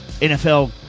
NFL